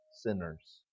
sinners